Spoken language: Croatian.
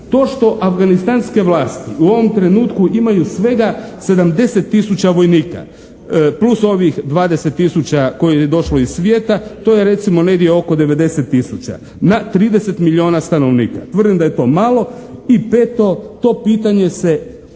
To što afganistanske vlasti u ovom trenutku imaju svega 70 tisuća vojnika plus ovih 20 tisuća koje je došlo iz svijeta, to je recimo negdje oko 90 tisuća na 30 milijuna stanovnika. Tvrdim da je to malo. I peto, to pitanje se